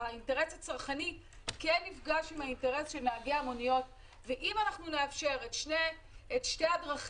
אנחנו מדברים על מונית מיוחדת, שעומדת לרשות